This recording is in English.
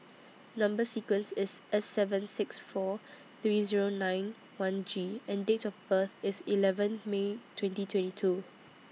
Number sequence IS S seven six four three Zero nine one G and Date of birth IS eleven May twenty twenty two